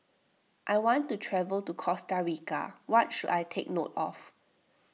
I want to travel to Costa Rica what should I take note of